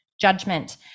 judgment